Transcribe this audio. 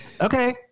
okay